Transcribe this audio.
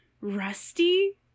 Rusty